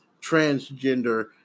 transgender